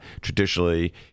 Traditionally